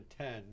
ten